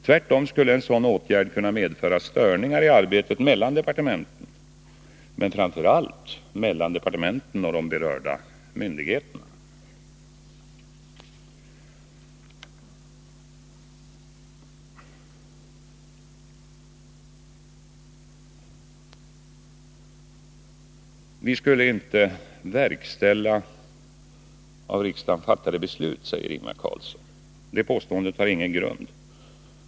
Tvärtom skulle en sådan åtgärd kunna medföra störningar i arbetet mellan departementen men framför allt mellan dessa och de berörda myndigheterna. Regeringen verkställer inte av riksdagen fattade beslut, säger Ingvar Carlsson. Det påståendet har ingen grund.